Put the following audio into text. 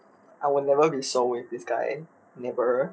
I will never be 熟 with this guy never